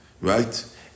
right